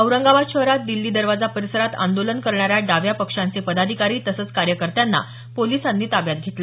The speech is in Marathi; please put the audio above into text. औरंगाबाद शहरात दिस्ती दरवाजा परिसरात आंदोलन करणाऱ्या डाव्या पक्षांचे पदाधिकारी तसंच कार्यकर्त्यांना पोलिसांनी ताब्यात घेतलं